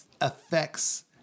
affects